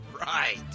right